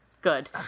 Good